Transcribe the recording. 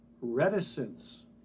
reticence